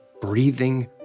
breathing